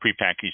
prepackaged